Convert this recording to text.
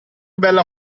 bella